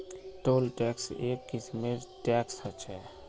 toll tax एक किस्मेर tax ह छः